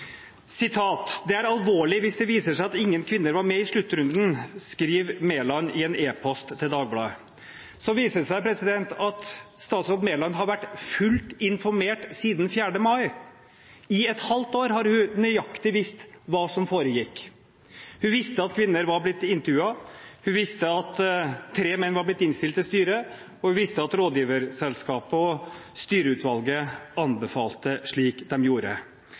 Sitat: «Det er alvorlig hvis det viser seg at ingen kvinner var med i sluttrunden , skriver Mæland i en e-post til Dagbladet.» Så viser det seg at statsråd Mæland har vært fullt informert siden 4. mai. I et halvt år har hun visst nøyaktig hva som foregikk. Hun visste at kvinner var blitt intervjuet, hun visste at tre menn var blitt innstilt til styret, og hun visste at rådgiverselskapet og styreutvalget anbefalte slik de gjorde.